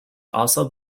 also